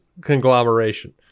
conglomeration